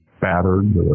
battered